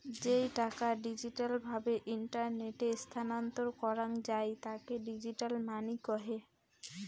যেই টাকা ডিজিটাল ভাবে ইন্টারনেটে স্থানান্তর করাঙ যাই তাকে ডিজিটাল মানি কহে